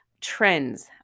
trends